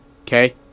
Okay